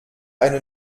eine